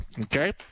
okay